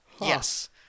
yes